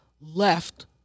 left